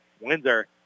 Windsor